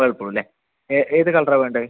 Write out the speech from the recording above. വേൾപൂളല്ലേ ഏത് കളറാണ് വേണ്ടത്